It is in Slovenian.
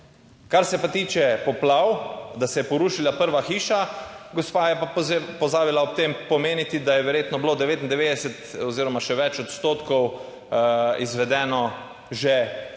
Kar se pa tiče poplav, da se je porušila prva hiša, gospa je pa pozabila ob tem omeniti, da je verjetno bilo 99 oziroma še več odstotkov izvedeno že finančne